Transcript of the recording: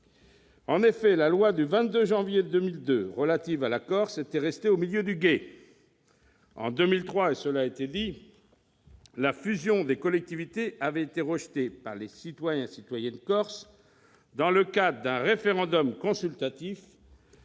En effet, la loi du 22 janvier 2002 relative à la Corse était restée au milieu du gué. En 2003, la fusion des collectivités avait été rejetée par les citoyens et citoyennes corses dans le cadre d'un référendum consultatif